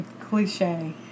cliche